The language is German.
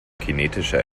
kinetischer